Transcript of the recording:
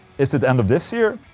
is it end of this year?